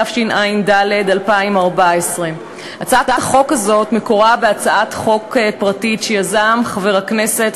התשע"ד 2014. הצעת החוק הזאת מקורה בהצעת חוק פרטית שיזם חבר הכנסת,